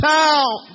town